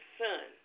son